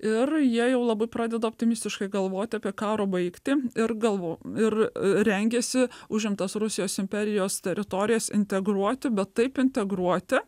ir jie jau labai pradeda optimistiškai galvoti apie karo baigtį ir galvo ir rengiasi užimtas rusijos imperijos teritorijas integruoti bet taip integruoti